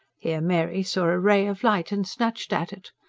here mary saw a ray of light, and snatched at it.